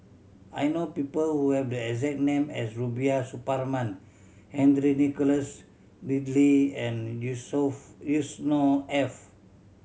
I know people who have the exact name as Rubiah Suparman Henry Nicholas Ridley and Yourself Yusnor Ef